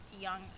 young